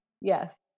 yes